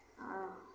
आ